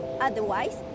otherwise